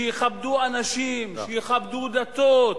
שיכבדו אנשים, שיכבדו דתות,